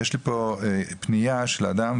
יש לי פה פנייה של אדם,